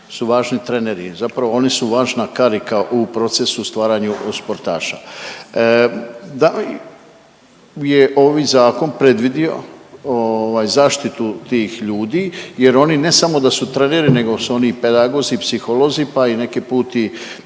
su važni treneri. Zapravo oni su važna karika u procesu stvaranja sportaša. Da li je ovaj zakon predvidio zaštitu tih ljudi, jer oni ne samo da su treneri, nego su oni i pedagozi i psiholozi, pa i neki put